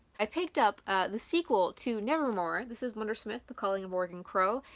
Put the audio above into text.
i picked up the sequel to nevermore this is wundersmith the calling of morrigan crow.